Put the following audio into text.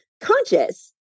conscious